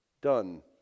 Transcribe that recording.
done